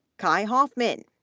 kai hoffman,